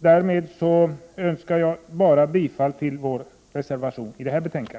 till dessa frågor. Jag vill yrka bifall till vår reservation i detta betänkande.